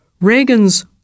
Reagan's